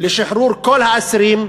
לשחרור כל האסירים.